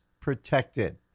protected